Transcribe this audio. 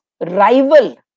rival